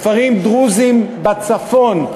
כפרים דרוזיים בצפון,